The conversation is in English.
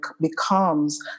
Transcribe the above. becomes